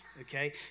okay